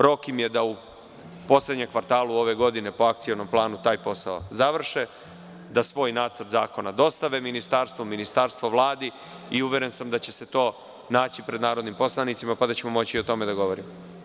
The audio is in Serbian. Rok im je da u poslednjem kvartalu ove godine po Akcionom planu taj posao završe, da svoj nacrt zakona dostave ministarstvu, ministarstvo Vladi i uveren sam da će se to naći pred narodnim poslanicima, pa da ćemo moći i o tome da govorimo.